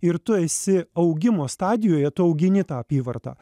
ir tu esi augimo stadijoje tu augini tą apyvartą